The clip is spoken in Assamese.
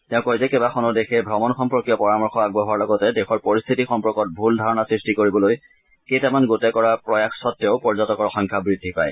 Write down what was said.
তেওঁ কয় যে কেইবাখনো দেশে ভ্ৰমণ সম্পৰ্কীয় পৰামৰ্শ আগবঢ়োৱাৰ লগতে দেশৰ পৰিস্থিতি সম্পৰ্কত ভূল ধাৰণা সৃষ্টি কৰিবলৈ কেইটামান গোটে কৰা প্ৰয়াস স্বৱেও পৰ্যটকৰ সংখ্যা বৃদ্ধি পায়